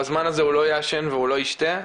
בזמן הזה הוא לא יעשן ולא ישתה.